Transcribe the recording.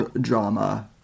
drama